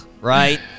right